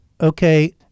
okay